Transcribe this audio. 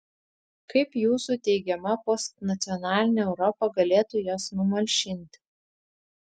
kaip jūsų teigiama postnacionalinė europa galėtų jas numalšinti